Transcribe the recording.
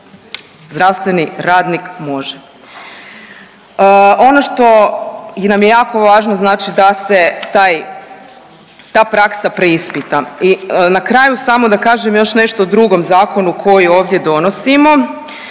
Zdravstveni radnik može. Ono što nam je jako važno znači da se taj, ta praksa preispita. I na kraju samo da kažem još nešto o drugom zakonu koji ovdje donosimo.